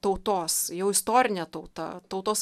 tautos jau istorinė tauta tautos